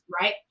Right